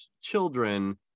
children